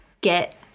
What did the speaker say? Get